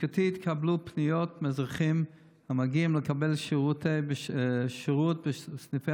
בלשכתי התקבלו פניות מאזרחים המגיעים לקבל שירות בסניפי